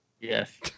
Yes